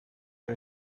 are